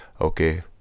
okay